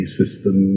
system